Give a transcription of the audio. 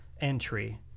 entry